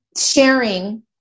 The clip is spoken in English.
sharing